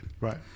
Right